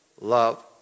love